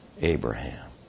Abraham